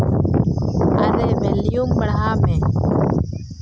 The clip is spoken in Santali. ᱟᱨᱮ ᱵᱷᱮᱞᱤᱭᱩᱢ ᱵᱟᱲᱦᱟᱣ ᱢᱮ